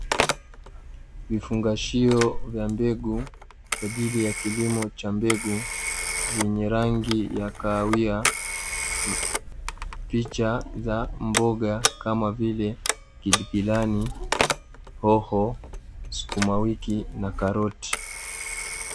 Vifungashio vya mbegu kwa ajili ya kilimo cha mbegu, zenye rangi ya kahawia. Picha za mboga kama vile pilipiliani, hoho, sukuma wiki na karoti.